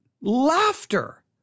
Laughter